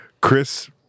Chris